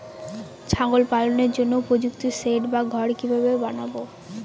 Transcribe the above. ছাগল পালনের জন্য উপযুক্ত সেড বা ঘর কিভাবে বানাবো?